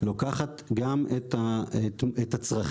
שלוקחת גם את הצרכים,